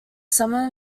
some